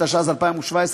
התשע"ז 2017,